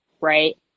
right